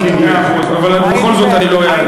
מאה אחוז, אבל בכל זאת אני לא אענה.